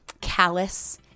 callous